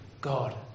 God